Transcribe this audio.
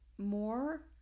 more